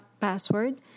password